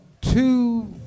two